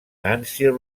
nancy